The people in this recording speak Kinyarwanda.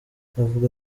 avuga